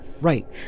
Right